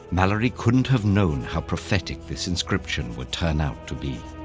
malory couldn't have known how prophetic this inscription would turn out to be.